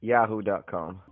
Yahoo.com